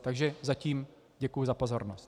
Takže zatím děkuji za pozornost.